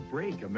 Break